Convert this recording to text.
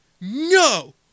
No